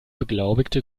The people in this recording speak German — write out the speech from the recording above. beglaubigte